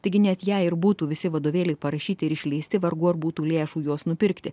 taigi net jei ir būtų visi vadovėliai parašyti ir išleisti vargu ar būtų lėšų juos nupirkti